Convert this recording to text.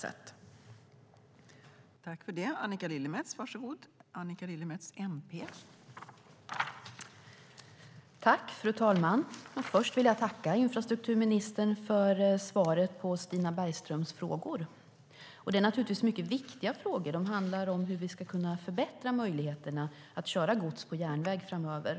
Då Stina Bergström, som framställt interpellationen, anmält att hon var förhindrad att närvara vid sammanträdet medgav förste vice talmannen att Annika Lillemets i stället fick delta i överläggningen.